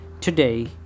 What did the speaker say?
Today